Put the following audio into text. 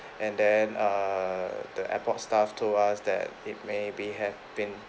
and then err the airport staff told us that it may be have been